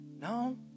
no